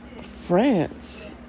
France